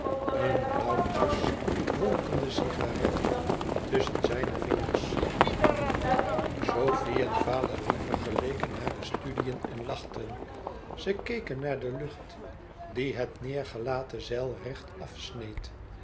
een blauwtjes wolkende cigarette tusschen zijne vingers sofie en valérie vergeleken hare studiën en lachten ze keken naar de lucht die het neêrgelaten zeil recht